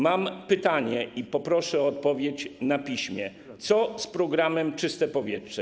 Mam pytanie i poproszę o odpowiedź na piśmie: Co z programem ˝Czyste powietrze˝